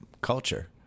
culture